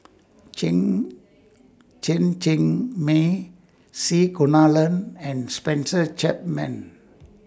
Chen Cheng Mei C Kunalan and Spencer Chapman